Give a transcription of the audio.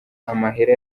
amahera